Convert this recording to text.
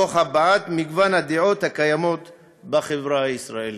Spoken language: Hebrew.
והבעת מגוון הדעות הקיימות בחברה הישראלית.